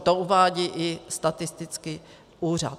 To uvádí i statistický úřad.